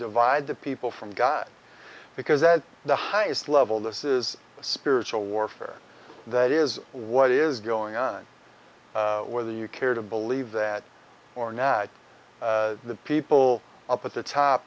divide the people from god because at the highest level this is spiritual warfare that is what is going on whether you care to believe that or not the people up at the top